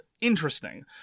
interesting